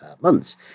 months